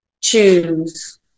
choose